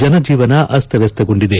ಜನಜೀವನ ಅಸ್ತವ್ಯಸ್ತಗೊಂಡಿದೆ